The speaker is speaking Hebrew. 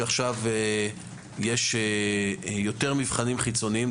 שעכשיו יש יותר מבחנים חיצוניים.